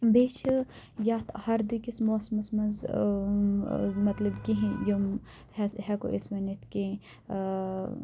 بیٚیہِ چھِ یتھ ہَردٕ کِس موسمَس منٛز مطلب کینٛہہ یِم ہیکو أسۍ ؤنِتھ کہِ